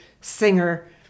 singer